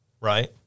Right